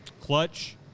clutch